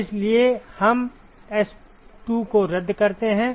इसलिए हम S2 को रद्द करते हैं